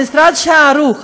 המשרד שערוך,